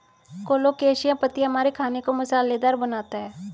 colocasia पत्तियां हमारे खाने को मसालेदार बनाता है